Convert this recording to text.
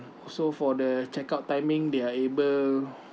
also for the check out timing they are able